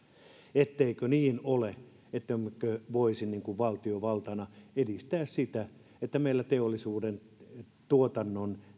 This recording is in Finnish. etteikö niin ole ettemmekö voisi valtiovaltana edistää sitä että meillä teollisuuden tuotannon